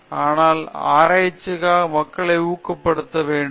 ஆனால் ஆராய்ச்சிக்காக மக்களை ஊக்கப்படுத்த வேண்டும் என்று பின்னர் நினைத்தேன்